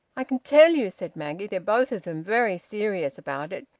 i can tell you, said maggie, they're both of them very serious about it.